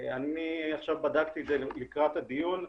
בדקתי את זה לקראת הדיון,